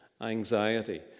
anxiety